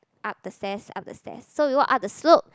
up the stairs up the stairs so we walked up the slope